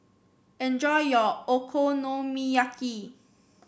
enjoy your Okonomiyaki